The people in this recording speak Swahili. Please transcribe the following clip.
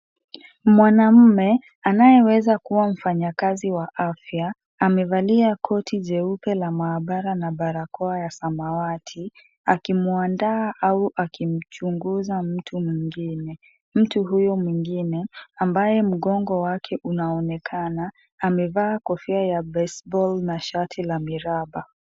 Mwanaume, anayeweza kuwa mfanyikazi wa afya, amevalia koti jeupe la maabara na barakoa ya samawati akimwandaa au akimchunguza mtu mwingine. Mtu huyo mwingine ambaye mgongo wake unaonekana, amevaa kofia ya baseball na shati la miraba.